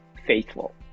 faithful